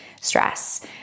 stress